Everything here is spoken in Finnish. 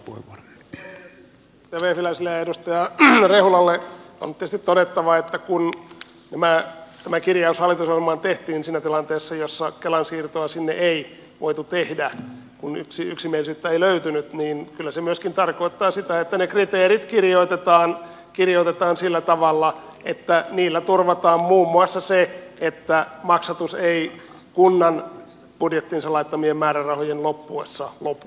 edustaja vehviläiselle ja edustaja rehulalle on tietysti todettava että kun tämä kirjaus hallitusohjelmaan tehtiin siinä tilanteessa jossa kelan siirtoa sinne ei voitu tehdä kun yksimielisyyttä ei löytynyt niin kyllä se myöskin tarkoittaa sitä että ne kriteerit kirjoitetaan sillä tavalla että niillä turvataan muun muassa se että maksatus ei kunnan budjettiinsa laittamien määrärahojen loppuessa lopu